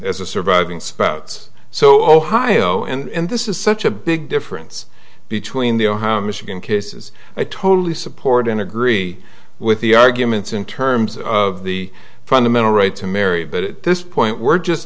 as a surviving spouts so ohio and this is such a big difference between the ohio and michigan cases i totally support and agree with the arguments in terms of the fundamental right to marry but at this point we're just